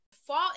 Fall